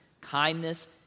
kindness